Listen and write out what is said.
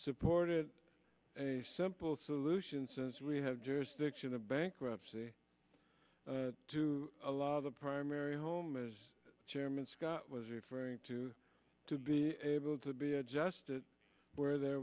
supported a simple solution since we have jurisdiction a bankruptcy to allow the primary home as chairman scott was referring to to be able to be adjusted where there